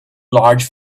large